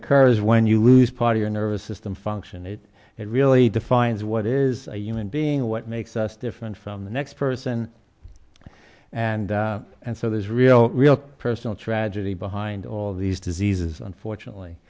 occurs when you lose part of your nervous system function it it really defines what is a human being what may access different from the next person and and so there's real real personal tragedy behind all of these diseases unfortunately